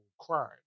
crime